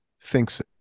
thinks